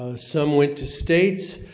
ah some went to states.